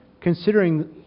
considering